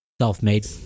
Self-made